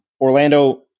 Orlando